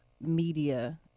media